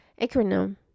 acronym